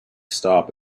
stop